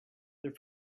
their